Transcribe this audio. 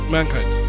Mankind